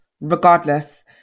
regardless